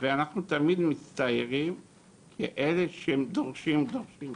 ואנחנו תמיד מצטיירים כאלה שהם דורשים ודורשים,